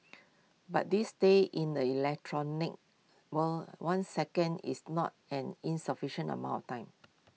but these days in the electronic world one second is not an insufficient amount of time